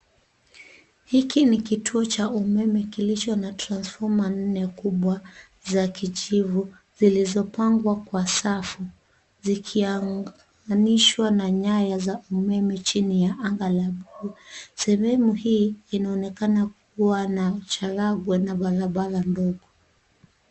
Hiki ni kituo cha umeme kilicho na transformer nne kubwa za kijivu zilizo pangwa kwa safu zikiunganishwa na nyaya za umeme chini ya anga la bluu. Sehemu hii inaonekana kuwa na changarawe kwenye barabara ndogo